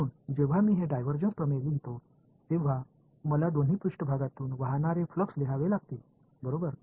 म्हणून जेव्हा मी हे डायव्हर्जन्स प्रमेय लिहितो तेव्हा मला दोन्ही पृष्ठभागतुन वाहणारे फ्लक्स लिहावे लागतील बरोबर